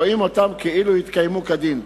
רואים אותם כאילו התקיימו כדין.